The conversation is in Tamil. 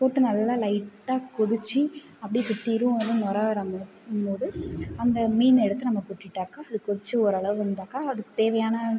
போட்டு நல்லா லைட்டாக கொதித்து அப்படியே சுத்திலும் நொரை வராமாதிரி வரும்போது அந்த மீன் எடுத்து நம்ம கொட்டிட்டாக்கா அது கொதித்து ஓரளவு வந்தாக்கா அதுக்கு தேவையான